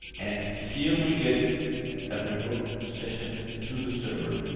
and here we get a remote session to the server.